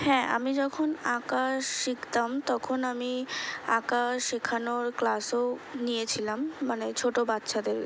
হ্যাঁ আমি যখন আঁকা শিখতাম তখন আমি আঁকা শেখানোর ক্লাসও নিয়েছিলাম মানে ছোটো বাচ্চাদের